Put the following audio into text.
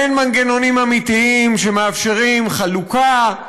אין מנגנונים אמיתיים שמאפשרים חלוקה,